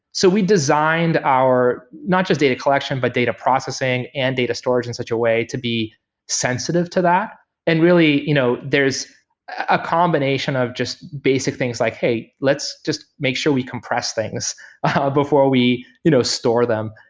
so we designed our not just data collection, but data processing and data storage in such a way to be sensitive to that and really, you know there's a combination of just basic things like, hey, let's just make sure we compress things ah before we you know store them,